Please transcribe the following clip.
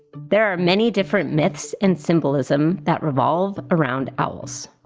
there are many different myths and symbolism that revolve around owls.